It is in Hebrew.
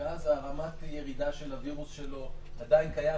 שאז רמת הירידה של הווירוס שלו עדיין קיימת,